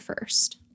first